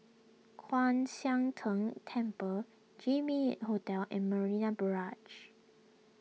Kwan Siang Tng Temple Jimy Hotel and Marina Barrage